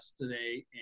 today